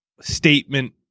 statement